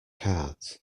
cards